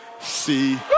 see